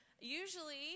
Usually